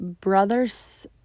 brother's